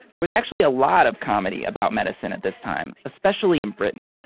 there was actually a lot of comedy about medicine at this time, especially in britain.